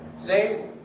Today